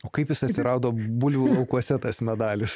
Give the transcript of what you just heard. o kaip jis atsirado bulvių laukuose tas medalis